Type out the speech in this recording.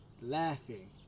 laughing